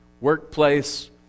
workplace